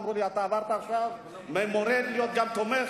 אמרו לי שאתה עברת עכשיו ממורד לתומך.